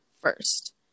first